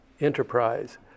enterprise